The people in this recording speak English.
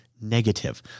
negative